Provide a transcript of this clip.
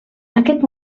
aquest